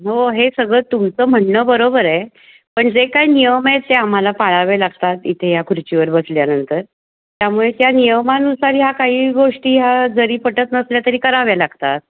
हो हे सगळं तुमचं म्हणणं बरोबर आहे पण जे काय नियम आहेत ते आम्हाला पाळावे लागतात इथे या खुर्चीवर बसल्यानंतर त्यामुळे त्या नियमानुसार ह्या काही गोष्टी ह्या जरी पटत नसल्या तरी कराव्या लागतात